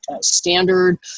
standard